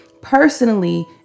personally